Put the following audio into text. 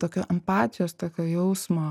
tokio empatijos tokio jausmo